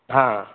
हाँ